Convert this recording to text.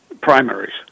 primaries